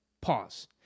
pause